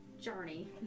journey